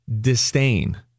disdain